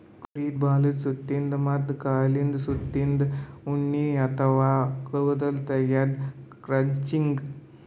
ಕುರಿದ್ ಬಾಲದ್ ಸುತ್ತಿನ್ದ ಮತ್ತ್ ಕಾಲಿಂದ್ ಸುತ್ತಿನ್ದ ಉಣ್ಣಿ ಅಥವಾ ಕೂದಲ್ ತೆಗ್ಯದೆ ಕ್ರಚಿಂಗ್